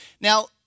Now